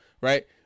right